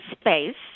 space